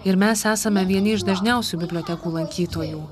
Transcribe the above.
ir mes esame vieni iš dažniausių bibliotekų lankytojų